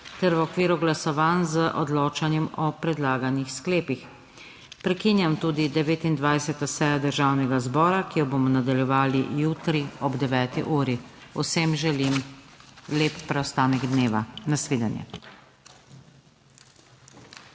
ter v okviru glasovanj z odločanjem o predlaganih sklepih. Prekinjam tudi 29. sejo Državnega zbora, ki jo bomo nadaljevali jutri ob 9. uri. Vsem želim lep preostanek dneva. Nasvidenje!